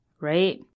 right